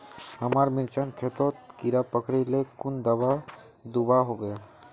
हमार मिर्चन खेतोत कीड़ा पकरिले कुन दाबा दुआहोबे?